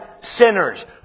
sinners